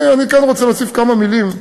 אני כן רוצה להוסיף כמה מילים,